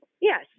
yes